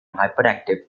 hyperactive